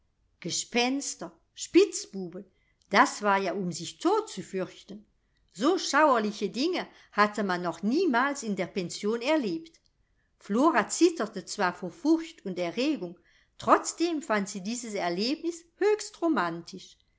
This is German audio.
gespenster spitzbuben das war ja um sich tot zu fürchten so schauerliche dinge hatte man noch niemals in der pension erlebt flora zitterte zwar vor furcht und erregung trotzdem fand sie dieses erlebnis höchst